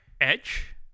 Edge